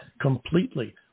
completely